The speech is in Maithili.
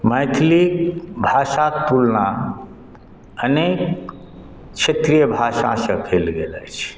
मैथिली भाषाक तुलना अनेक क्षेत्रीय भाषा सॅं कयल गेल अछि